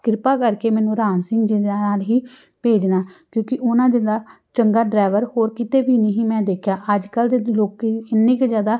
ਕਿਰਪਾ ਕਰਕੇ ਮੈਨੂੰ ਰਾਮ ਸਿੰਘ ਜੀ ਦੇ ਨਾਲ ਹੀ ਭੇਜਣਾ ਕਿਉਂਕਿ ਉਹਨਾਂ ਜਿੰਨਾ ਚੰਗਾ ਡਰਾਈਵਰ ਹੋਰ ਕਿਤੇ ਵੀ ਨਹੀਂ ਮੈਂ ਦੇਖਿਆ ਅੱਜ ਕੱਲ੍ਹ ਦੇ ਲੋਕ ਇੰਨੇ ਕੁ ਜ਼ਿਆਦਾ